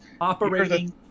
Operating